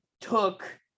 took